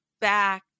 back